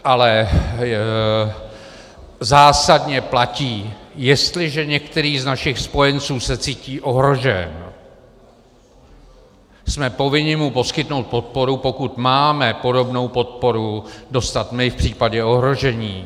Ale zásadně platí: jestliže se některý z našich spojenců cítí ohrožen, jsme povinni mu poskytnout podporu, pokud máme podobnou podporu dostat my v případě ohrožení.